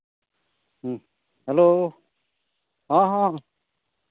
hello ᱦᱚᱸ ᱦᱚᱸ